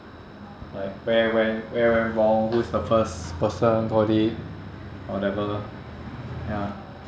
like where when where went wrong who's the first person got it or whatever ya